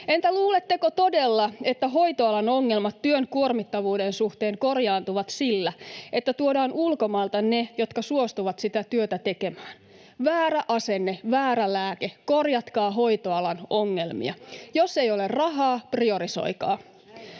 Entä luuletteko todella, että hoitoalan ongelmat työn kuormittavuuden suhteen korjaantuvat sillä, että tuodaan ulkomailta ne, jotka suostuvat sitä työtä tekemään? Väärä asenne, väärä lääke. Korjatkaa hoitoalan ongelmia. Jos ei ole rahaa, priorisoikaa.